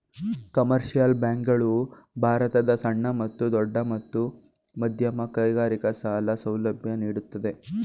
commercial bank ಗಳು ಭಾರತದ ಸಣ್ಣ ಮತ್ತು ದೊಡ್ಡ ಮತ್ತು ಮಧ್ಯಮ ಕೈಗಾರಿಕೆ ಸಾಲ ಸೌಲಭ್ಯ ನೀಡುತ್ತದೆ